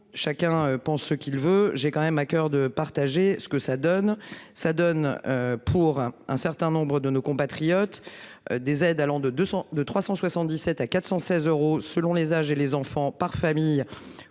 chacun pense ce qu'il veut. J'ai quand même à coeur de partager ce que ça donne, ça donne pour un certain nombre de nos compatriotes. Des aides allant de 202 377 à 416 euros selon les âges et les enfants par famille